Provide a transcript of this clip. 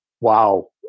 wow